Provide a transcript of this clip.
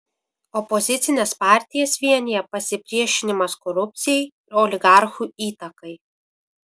opozicines partijas vienija pasipriešinimas korupcijai ir oligarchų įtakai